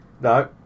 no